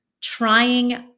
trying